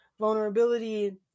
vulnerability